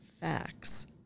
facts